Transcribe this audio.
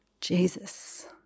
Jesus